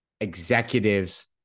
executives